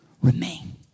remain